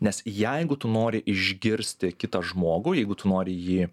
nes jeigu tu nori išgirsti kitą žmogų jeigu tu nori jį